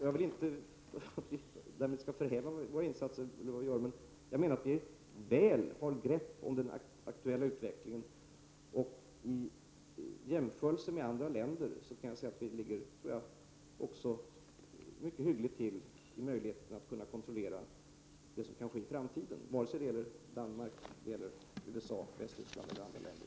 Jag vill inte att vi skall förhäva oss över våra insatser, men jag menar att vi väl har grepp om den aktuella utvecklingen. Jag kan också säga att vi i jämförelse med andra länder ligger mycket hyggligt till när det gäller möjligheterna att kontrollera det som kan ske i framtiden, vare sig det gäller Danmark, USA, Västtyskland eller andra länder.